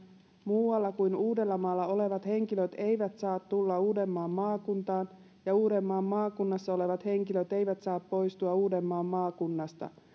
muualla kuin uudellamaalla olevat henkilöt eivät saa tulla uudenmaan maakuntaan ja uudenmaan maakunnassa olevat henkilöt eivät saa poistua uudenmaan maakunnasta